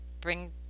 bring